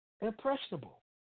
Impressionable